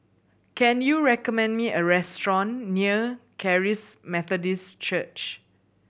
can you recommend me a restaurant near Charis Methodist Church